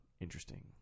interesting